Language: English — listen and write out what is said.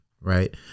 right